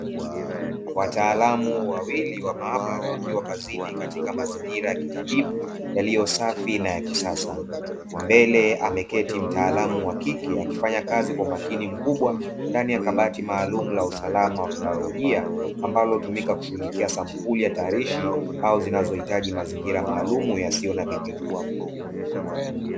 Wataalamu wawili wa maabara wakiwa kazini katika mazingira ya kitabibu yaliyosafi na ya kisasa mbele ameketi mtaalamu wa kike akifanya kazi kwa umakini mkubwa, ndani ya kabati maalumu la usalama wa kibaolojia ambalo tumika kushughulikia sampuli ya hatarishi au zinazohitaji mazingira maalumu yasiyo na vijidudu.